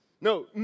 No